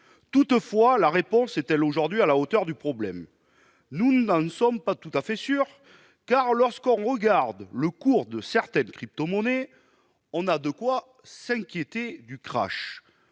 Toutefois, la réponse est-elle aujourd'hui à la hauteur du problème ? Nous n'en sommes pas tout à fait sûrs, car, lorsque l'on regarde le cours de certaines crypto-monnaies, on a de quoi s'inquiéter si un krach